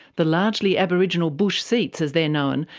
the largely aboriginal bush seats, as they're known,